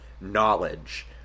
knowledge